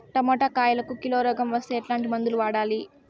Tomato కాయలకు kilo రోగం వస్తే ఎట్లాంటి మందులు వాడాలి?